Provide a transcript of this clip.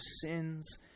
sins